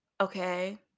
okay